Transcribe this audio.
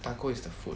taco is the food